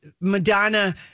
Madonna